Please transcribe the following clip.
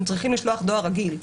הם צריכים לשלוח דואר רגיל.